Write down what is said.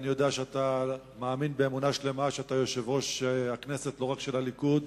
אני יודע שאתה מאמין באמונה שלמה שאתה יושב-ראש הכנסת לא רק של הליכוד,